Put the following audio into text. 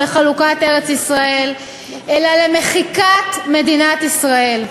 לחלוקת ארץ-ישראל אלא למחיקת מדינת ישראל.